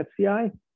FCI